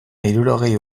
hirurogei